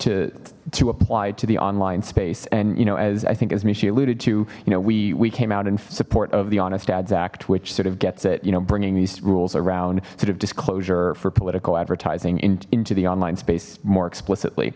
to to apply to the online space and you know as i think as may she alluded to you know we we came out in support of the honest ads act which sort of gets it you know bringing these rules around sort of just closure for political advertising into the online space more explicitly